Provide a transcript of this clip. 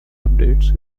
updates